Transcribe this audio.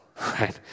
right